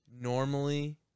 normally